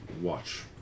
watch